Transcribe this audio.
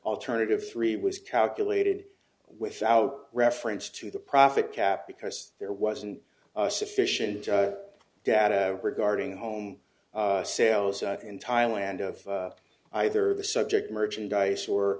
alternative three was calculated without reference to the profit cap because there wasn't sufficient data regarding home sales in thailand of either the subject merchandise or